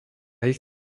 ich